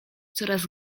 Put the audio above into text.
coraz